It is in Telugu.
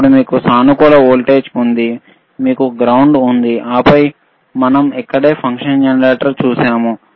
ఆపై సానుకూల వోల్టేజ్ ఉంది మీకు గ్రౌండ్ ఉంది ఆపై మనం ఇక్కడే ఫంక్షన్ జెనరేటర్ను చూశాము